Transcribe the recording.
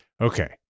Okay